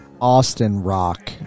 Austin-Rock